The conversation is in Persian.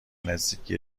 نزدیکی